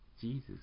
Jesus